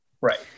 Right